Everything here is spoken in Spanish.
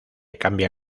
cambia